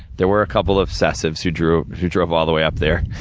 there were a couple obsessives, who drove who drove all the way up there.